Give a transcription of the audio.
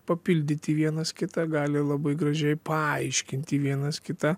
papildyti vienas kitą gali labai gražiai paaiškinti vienas kitą